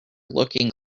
looking